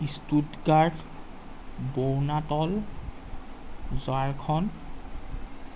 ইষ্টুডগাৰ্ড বওনাটল ঝাৰখণ্ড